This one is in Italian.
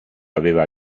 aveva